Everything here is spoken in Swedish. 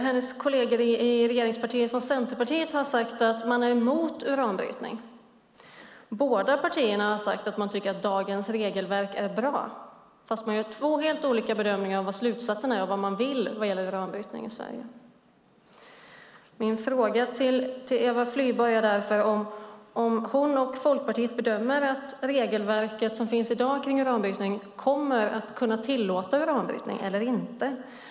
Hennes kolleger i regeringen från Centerpartiet har sagt att de är emot uranbrytning. Båda partierna har sagt att de tycker att dagens regelverk är bra, men de gör två helt olika bedömningar av vad slutsatsen är och vad de vill vad gäller uranbrytning i Sverige. Min fråga till Eva Flyborg är därför om hon och Folkpartiet bedömer att det regelverk som finns i dag kring uranbrytning kommer att kunna tillåta uranbrytning eller inte.